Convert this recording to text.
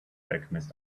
alchemist